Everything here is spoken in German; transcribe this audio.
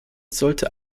sollte